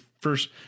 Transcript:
first